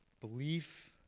belief